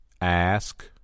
Ask